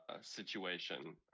situation